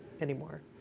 anymore